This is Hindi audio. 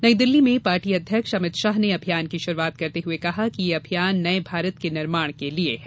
नई दिल्ली में पार्टी अध्यक्ष अमित शाह ने अभियान की शुरूआत करते हुए कहा कि यह अभियान नये भारत के निर्माण के लिये है